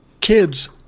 kids